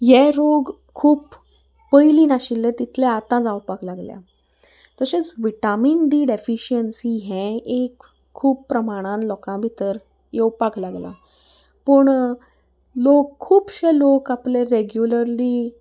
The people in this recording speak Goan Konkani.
हे रोग खूब पयली नाशिल्ले तितलें आतां जावपाक लागल्या तशेंच विटामीन डी डेफिशिंसी हें एक खूब प्रमाणान लोकां भितर येवपाक लागला पूण लोक खुबशे लोक आपले रेगुलरली